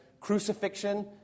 crucifixion